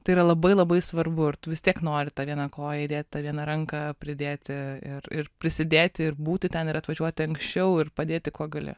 tai yra labai labai svarbu ir tu vis tiek nori tą viena koją įdėt tą vieną ranką pridėti ir ir prisidėti ir būti ten ir atvažiuoti anksčiau ir padėti kuo gali